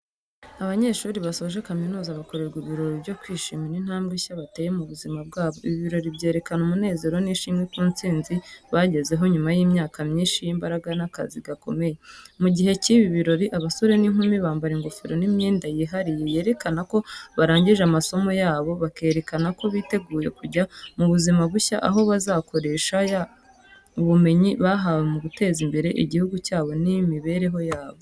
Abanyeshuri basoje kaminuza bakorerwa ibirori byo kwishimira intambwe nshya bateye mu buzima bwabo. Ibi birori byerekana umunezero n’ishimwe ku ntsinzi bagezeho nyuma y’imyaka myinshi y’imbaraga n’akazi gakomeye. Mu gihe cy’ibi birori, abasore n’inkumi bambara ingofero n’imyenda yihariye yerekana ko barangije amasomo yabo, bakerekana ko biteguye kujya mu buzima bushya, aho bazakoresha ubumenyi bahawe mu guteza imbere igihugu cyabo n’imibereho yabo.